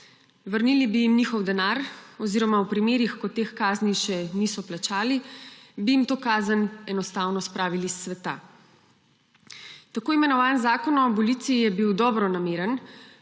Vrnili bi jim njihov denar oziroma v primerih, ko teh kazni še niso plačali, bi jim to kazen enostavno spravili s sveta. Tako imenovani zakon o aboliciji je bil dobronameren,